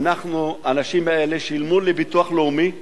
האנשים האלה שילמו לביטוח לאומי מיליונים.